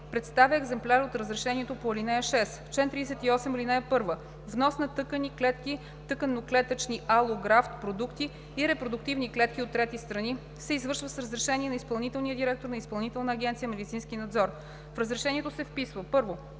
представя екземпляр от разрешението по ал. 6. Чл. 38. (1) Внос на тъкани, клетки, тъканно-клетъчни алографт продукти и репродуктивни клетки от трети страни се извършва с разрешение на изпълнителния директор на Изпълнителна агенция „Медицински надзор“. В разрешението се вписва: 1.